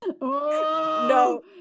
No